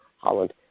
Holland